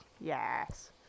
yes